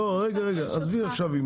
לא, רגע, רגע, עזבי עכשיו את